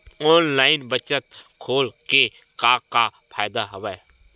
online बचत खाता खोले के का का फ़ायदा हवय